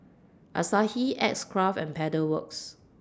Asahi X Craft and Pedal Works